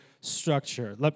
structure